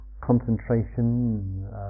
concentration